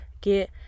get